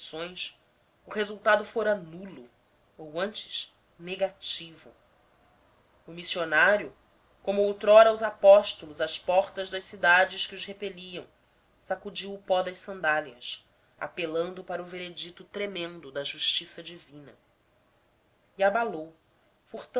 confissões o resultado fora nulo ou antes negativo maldição sobre a jerusalém de taipa o missionário como outrora os apóstolos às portas das cidades que os repeliam sacudiu o pó das sandálias apelando para o veredicto tremendo da justiça divina e abalou